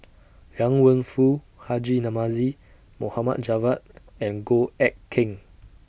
Liang Wenfu Haji Namazie Mohammad Javad and Goh Eck Kheng